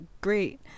great